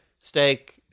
steak